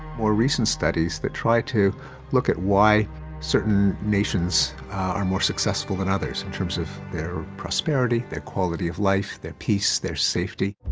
more recent studies that try to look at why certain nations are more successful than others in terms of their prosperity, their quality of life, their peace, their safety,